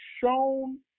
shown